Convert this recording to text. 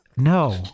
No